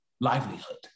livelihood